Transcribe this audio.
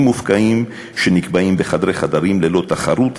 מופקעים שנקבעים בחדרי-חדרים ללא תחרות,